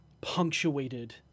punctuated